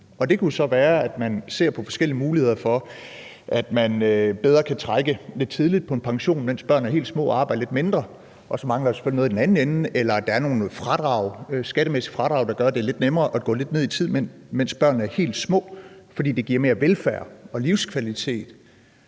Det kunne så være, at man ser på forskellige muligheder for, at man bedre kan trække lidt tidligt på en pension, mens børnene er helt små og arbejde lidt mindre, og så mangler der selvfølgelig noget i den anden ende. Eller at der er nogle skattemæssige fradrag, der gør, at det er lidt nemmere at gå lidt ned i tid, mens børnene er helt små, fordi det giver mere velfærd og livskvalitet.